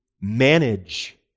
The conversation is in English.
manage